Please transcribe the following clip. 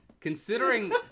Considering